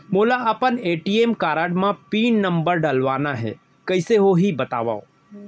मोला अपन ATM card म पिन नंबर डलवाना हे कइसे होही बतावव?